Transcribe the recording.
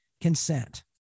consent